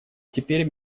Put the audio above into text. теперь